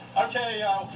Okay